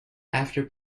after